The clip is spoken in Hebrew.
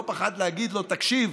לא פחד להגיד לו: תקשיב,